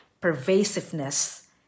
pervasiveness